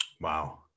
Wow